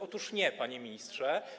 Otóż nie, panie ministrze.